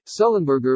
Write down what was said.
Sullenberger